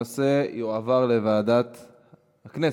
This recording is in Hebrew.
הנושא יועבר לוועדת הכנסת,